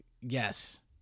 yes